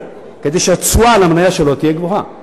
כדי שהתשואה על המניה שלו תהיה גבוהה.